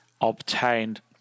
obtained